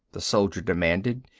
the soldier demanded,